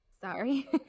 Sorry